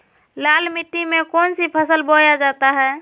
लाल मिट्टी में कौन सी फसल बोया जाता हैं?